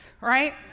right